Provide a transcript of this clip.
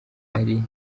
ari